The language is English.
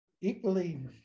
equally